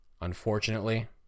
unfortunately